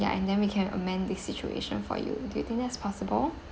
ya and then we can amend this situation for you do you think that's possible